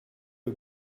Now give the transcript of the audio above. you